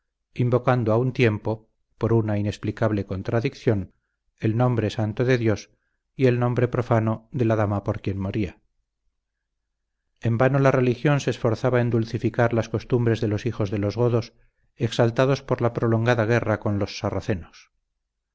invocando a un tiempo por una inexplicable contradicción el nombre santo de dios y el nombre profano de la dama por quien moría en vano la religión se esforzaba en dulcificar las costumbres de los hijos de los godos exaltados por la prolongada guerra con los sarracenos